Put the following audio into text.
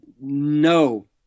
no